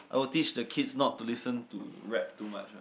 I would teach the kids not to listen to rap too much lah